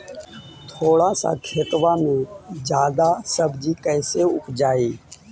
थोड़ा सा खेतबा में जादा सब्ज़ी कैसे उपजाई?